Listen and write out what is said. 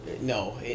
no